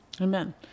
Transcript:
Amen